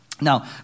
Now